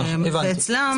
הבנתי.